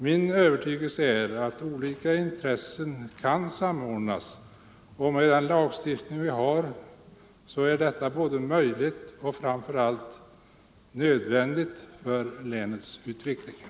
Min övertygelse är att olika intressen kan samordnas, och med den lagstiftning vi har är detta både möjligt och framför allt nödvändigt för Nr 131